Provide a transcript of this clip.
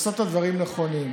לעשות את הדברים הנכונים.